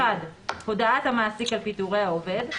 (1)הודעת המעסיק על פיטורי העובד,